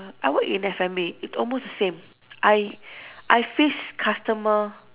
I work in F&B it almost the same I I face customer